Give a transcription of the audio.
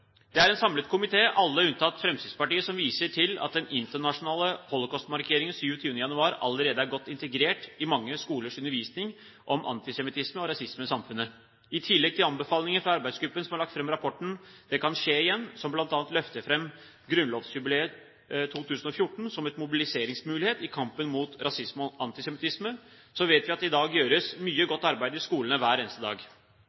Det er en samlet komité, alle unntatt Fremskrittspartiet, som viser til at den internasjonale holocaustmarkeringen 27. januar allerede er godt integrert i mange skolers undervisning om antisemittisme og rasisme i samfunnet. I tillegg til anbefalinger fra arbeidsgruppen som har lagt fram rapporten «Det kan skje igjen» som bl.a. løfter fram grunnlovsjubileet 2014 som en mobiliseringsmulighet i kampen mot rasisme og antisemittisme, vet vi at det i dag gjøres mye godt arbeid i skolene hver eneste dag.